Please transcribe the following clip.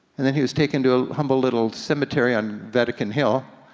and then he was taken to a humble little cemetery on vatican hill,